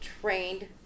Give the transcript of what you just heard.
trained